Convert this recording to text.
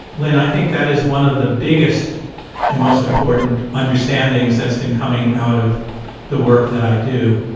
lynne, i think that is one of the biggest and most important understandings that's been coming out of the work that i do,